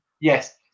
yes